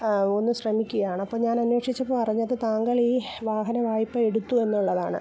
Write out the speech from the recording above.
ഒന്ന് ശ്രമിക്കുകയാണ് അപ്പോൾ ഞാൻ അന്വേഷിച്ചപ്പോൾ അറിഞ്ഞത് താങ്കൾ വാഹന വായ്പ എടുത്തു എന്നുള്ളതാണ്